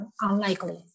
unlikely